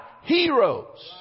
heroes